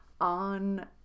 on